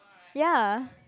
ya